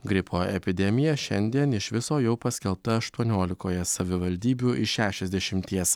gripo epidemija šiandien iš viso jau paskelbta aštuoniolikoje savivaldybių iš šešiasdešimties